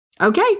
Okay